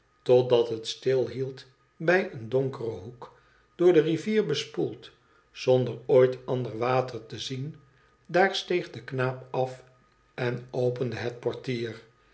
totdat het stilhield bij een donkeren hoek door de rivier bespoeld zonder ooit ander water te zien daar steeg de knaap af en opende het portier